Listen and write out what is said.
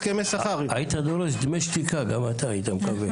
היית דורש דמי שתיקה, גם אתה היית מקבל.